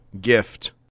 gift